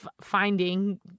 finding